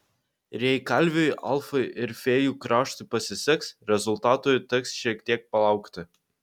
ir jei kalviui alfui ir fėjų kraštui pasiseks rezultatų teks šiek tiek palaukti